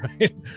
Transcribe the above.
right